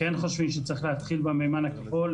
כן חושבים שצריך להתחיל במימן הכחול,